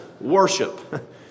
worship